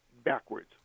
backwards